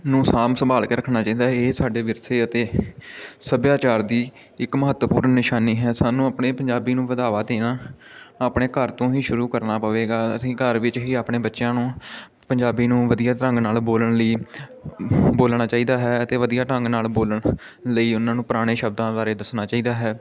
ਨੂੰ ਸਾਂਭ ਸੰਭਾਲ ਕੇ ਰੱਖਣਾ ਚਾਹੀਦਾ ਇਹ ਸਾਡੇ ਵਿਰਸੇ ਅਤੇ ਸੱਭਿਆਚਾਰ ਦੀ ਇੱਕ ਮਹੱਤਵਪੂਰਨ ਨਿਸ਼ਾਨੀ ਹੈ ਸਾਨੂੰ ਆਪਣੇ ਪੰਜਾਬੀ ਨੂੰ ਵਧਾਵਾ ਦੇਣਾ ਆਪਣੇ ਘਰ ਤੋਂ ਹੀ ਸ਼ੁਰੂ ਕਰਨਾ ਪਵੇਗਾ ਅਸੀਂ ਘਰ ਵਿੱਚ ਹੀ ਆਪਣੇ ਬੱਚਿਆਂ ਨੂੰ ਪੰਜਾਬੀ ਨੂੰ ਵਧੀਆ ਢੰਗ ਨਾਲ ਬੋਲਣ ਲਈ ਬੋਲਣਾ ਚਾਹੀਦਾ ਹੈ ਅਤੇ ਵਧੀਆ ਢੰਗ ਨਾਲ ਬੋਲਣ ਲਈ ਉਹਨਾਂ ਨੂੰ ਪੁਰਾਣੇ ਸ਼ਬਦਾਂ ਬਾਰੇ ਦੱਸਣਾ ਚਾਹੀਦਾ ਹੈ